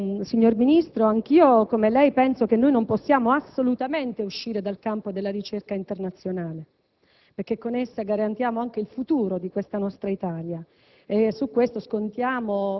Concludendo, signor Ministro, anch'io, come lei, penso che non possiamo assolutamente uscire dal campo della ricerca internazionale, perché con essa garantiamo anche il futuro del nostro Paese